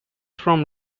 from